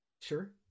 Sure